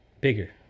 bigger